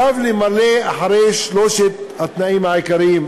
עליו למלא אחרי שלושת התנאים העיקריים.